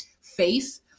faith